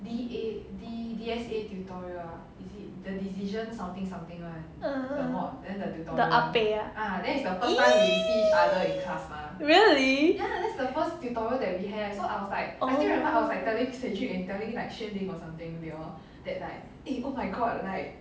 uh the ahpek ah !ee! really oh